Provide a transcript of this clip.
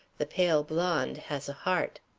the pale blonde has a heart.